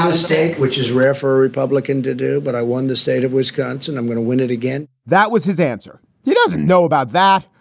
ah state which is rare for a republican to do. but i won the state of wisconsin. i'm going to win it again that was his answer. he doesn't know about that.